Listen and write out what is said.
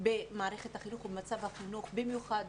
במערכת החינוך ובמצב החינוך, במיוחד